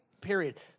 period